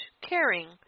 caring